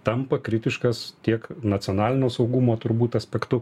tampa kritiškas tiek nacionalinio saugumo turbūt aspektu